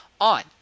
on